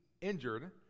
injured